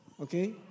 okay